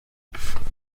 finden